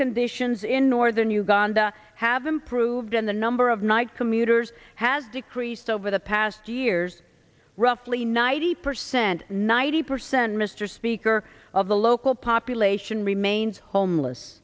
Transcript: conditions in northern uganda have improved and the number of night commuters has decreased over the past two years roughly ninety percent ninety percent mr speaker of the local population remains homeless